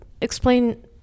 explain